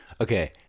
okay